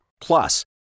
Plus